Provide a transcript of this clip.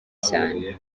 cyane